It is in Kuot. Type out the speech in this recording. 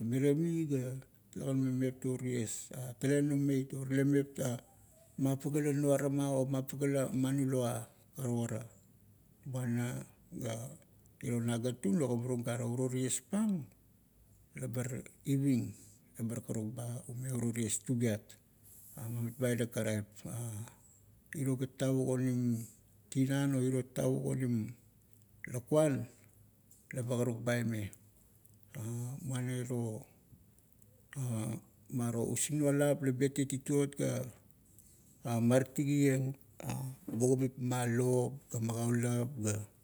Mirie mi ga talegan me mepto ties, talegan omeit, tale mepta, mapaga la nuarama o mapaga la manulo a, karukara. Ga na, iro nagantung la ogamarung gare, ro tiespang, labar iving, ebar karuk ba o uro ties tubiat ma mitmai-dang karaip. Iro gat tavuk onim tinan o iro tavuk onim lakuan, leba karuk ba aime, muana iro maro using nualap la betieng tituot-ga martigieng bugabip ma lop ga magaulap ga,